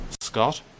Scott